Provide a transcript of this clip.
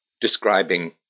describing